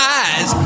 eyes